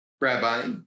Rabbi